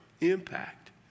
impact